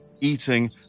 eating